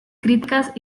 críticas